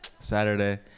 Saturday